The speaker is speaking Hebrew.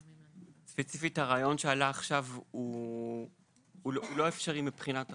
ספציפית הרעיון שעלה עכשיו הוא לא אפשרי מבחינת החוק.